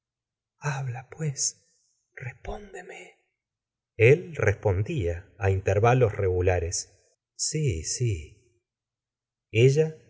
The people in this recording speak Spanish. habla pues respóndeme el respondía á intervalos regulares si si